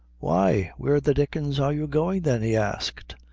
why, where the dickens are you goin' then? he asked.